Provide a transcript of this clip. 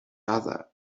other